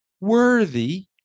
worthy